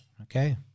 okay